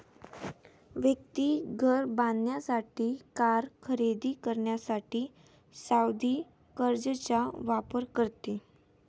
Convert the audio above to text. व्यक्ती घर बांधण्यासाठी, कार खरेदी करण्यासाठी सावधि कर्जचा वापर करते